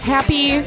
Happy